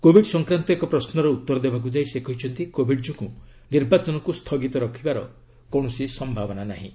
Covid ସଂକ୍ରାନ୍ତ ଏକ ପ୍ରଶ୍ନର ଉତ୍ତର ଦେବାକୁ ଯାଇ ସେ କହିଛନ୍ତି କୋବିଡ୍ ଯୋଗୁଁ ନିର୍ବାଚନକୁ ସ୍ଥଗିତ ରଖିବାର କୌଣସି ସମ୍ଭାବନା ନାହିଁ